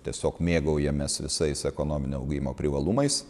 tiesiog mėgaujamės visais ekonominio augimo privalumais